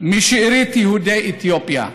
משארית יהודי אתיופיה.